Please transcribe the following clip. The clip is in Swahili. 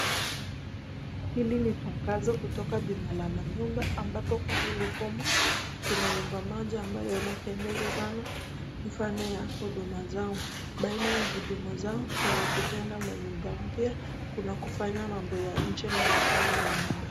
Hili ni tangazo kutoka kwa bima la manyumba ambapo kwa hili fomu kuna nyumba moja ambayo inapendeza sana, mfano ya huduma zao. Baina ya huduma zao, kuna kujenga manyumba mpya, kuna kufanya mambo ya nje na ya ndani ya nyumba.